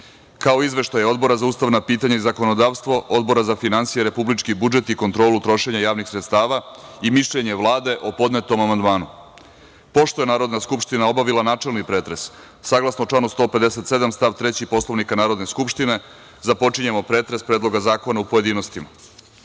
kao i Izveštaj Odbora za ustavna pitanja i zakonodavstvo, Odbora za finansije, republički budžet i kontrolu trošenja javnih sredstava i mišljenje Vlade o podnetom amandmanu. Pošto je Narodna skupština obavila načelni pretres, saglasno članu 157. stav 3. Poslovnika Narodne skupštine, započinjemo pretres Predloga zakona u pojedinostima. Na